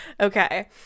okay